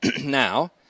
Now